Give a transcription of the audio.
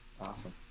awesome